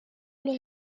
los